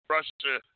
Russia